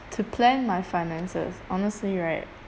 to plan my finances honestly right